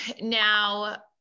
Now